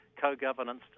co-governance